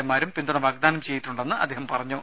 എമാരും പിന്തുണ വാഗ്ദാനം ചെയ്തിട്ടുണ്ടെന്നും അദ്ദേഹം പറഞ്ഞു